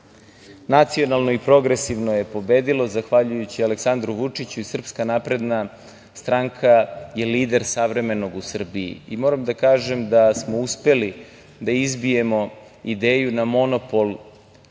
uspeti. Nacionalno i progresivno je pobedilo zahvaljujući Aleksandru Vučiću i SNS je lider savremenog u Srbiji. Moram da kažem da smo uspeli da izbijemo ideju na monopol